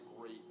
great